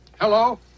Hello